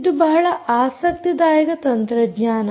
ಇದು ಬಹಳ ಆಸಕ್ತಿದಾಯಕವಾದ ತಂತ್ರಜ್ಞಾನ